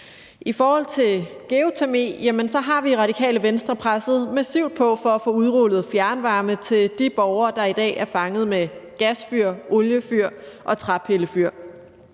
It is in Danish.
I forhold til geotermi har vi i Radikale Venstre presset massivt på for at få udrullet fjernvarme til de borgere, der i dag er fanget med gasfyr, oliefyr og træpillefyr,